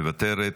מוותרת,